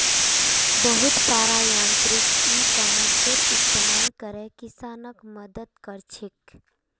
बहुत सारा यांत्रिक इ कॉमर्सेर इस्तमाल करे किसानक मदद क र छेक